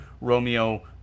Romeo